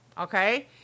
Okay